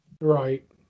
right